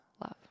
love